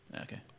okay